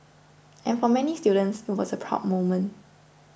and for many students it was a proud moment